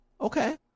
okay